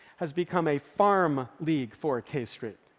has become a farm league for k street,